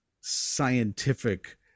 scientific